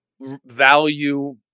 value